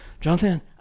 Jonathan